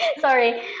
Sorry